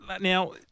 Now